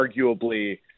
arguably